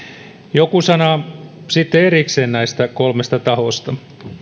joku sana sitten erikseen näistä kolmesta tahosta